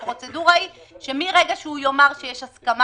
והפרוצדורה היא שמרגע שהוא יאמר שיש הסכמה